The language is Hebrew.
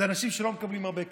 אלה אנשים שלא מקבלים הרבה כסף,